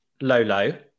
Lolo